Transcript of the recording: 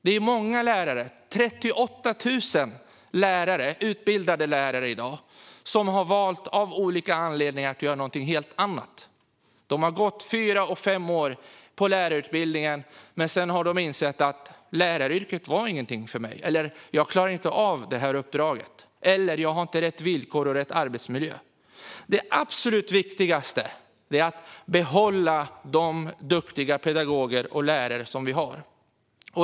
Det är i dag många lärare - 38 000 utbildade lärare - som av olika anledningar har valt att göra någonting helt annat. De har gått fyra eller fem år på lärarutbildningen. Men sedan har de insett att läraryrket inte var någonting för dem, att de inte klarar av detta uppdrag eller att de inte har rätt villkor och rätt arbetsmiljö. Det absolut viktigaste är att behålla de duktiga pedagoger och lärare som vi har.